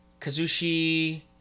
Kazushi